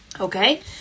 okay